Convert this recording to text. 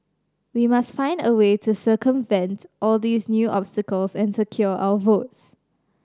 we must find a way to circumvent all these new obstacles and secure our votes